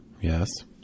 yes